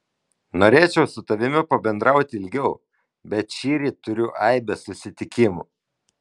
norėčiau su tavimi pabendrauti ilgiau bet šįryt turiu aibę susitikimų